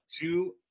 two